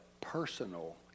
personal